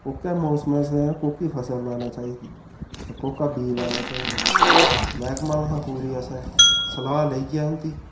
कोह्के मौसम च कोह्की फसल लाना चाहिदी ते कोह्का बीऽ लाना चाहिदा ते मैह्कमा कशा पूरी असें सलाह् लेइयै उं'दी